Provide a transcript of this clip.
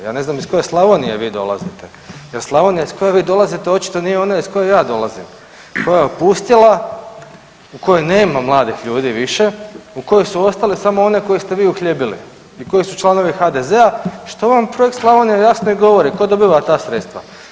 Ja ne znam iz koje Slavonije vi dolazite jer Slavonija iz koje vi dolazite očito nije ona iz koje ja dolazim koja je opustjela, u kojoj nema mladih ljudi više, u kojoj su ostali samo oni koje ste vi uhljebili i koji su članovi HDZ-a što vam Projekt Slavonija jasno i govori tko dobiva ta sredstva.